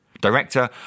director